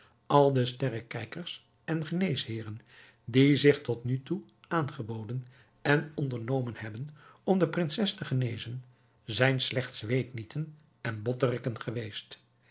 al de sterrekijkers en geneesheeren die zich tot nu toe aangeboden en ondernomen hebben om de prinses te genezen zijn slechts weetnieten en botterikken geweest